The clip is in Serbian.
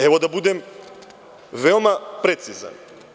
Evo, da budem veoma precizan.